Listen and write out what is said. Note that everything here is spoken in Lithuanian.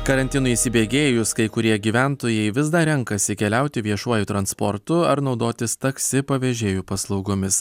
karantinui įsibėgėjus kai kurie gyventojai vis dar renkasi keliauti viešuoju transportu ar naudotis taksi pavėžėjų paslaugomis